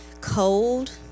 cold